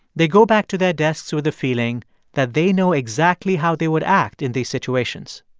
they go back to their desks with the feeling that they know exactly how they would act in these situations